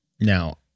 Now